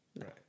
right